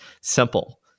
Simple